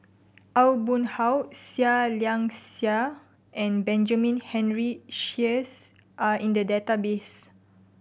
Aw Boon Haw Seah Liang Seah and Benjamin Henry Sheares are in the database